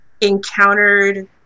encountered